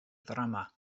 ddrama